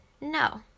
No